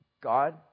God